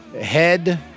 head